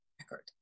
record